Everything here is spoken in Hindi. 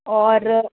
और